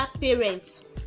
parents